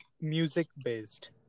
music-based